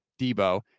Debo